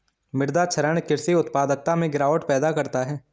मृदा क्षरण कृषि उत्पादकता में गिरावट पैदा करता है